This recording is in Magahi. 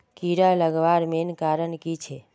कीड़ा लगवार मेन कारण की छे?